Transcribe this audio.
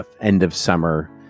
end-of-summer